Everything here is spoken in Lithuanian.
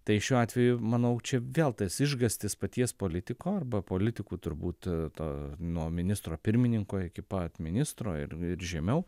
tai šiuo atveju manau čia vėl tas išgąstis paties politiko arba politikų turbūt to nuo ministro pirmininko iki pat ministro ir ir žemiau